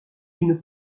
d’une